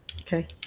Okay